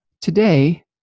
today